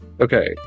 Okay